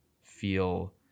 feel